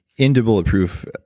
into bulletproof,